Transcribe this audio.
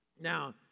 Now